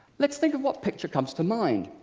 let's think of what picture comes to mind.